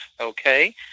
okay